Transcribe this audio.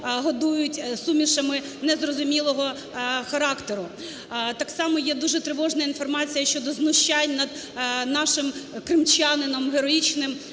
годують сумішами незрозумілого характеру. Так само є дуже тривожна інформація щодо знущань над нашим кримчанином героїчним